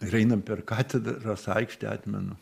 ir einam per katedros aikštę atmenu